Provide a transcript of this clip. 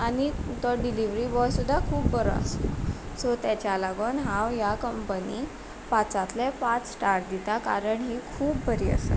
आनी तो delivery boy सुद्दां खूब बरो आसलो सो तेच्या लागोन हांव ह्या कंपनीक पांचांतले पांच स्टार दिता कारण ही खूब बरी आसा